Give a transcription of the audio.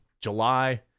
July